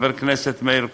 חבר הכנסת מאיר כהן,